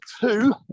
two